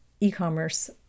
e-commerce